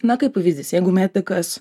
na kaip pavyzdys jeigu medikas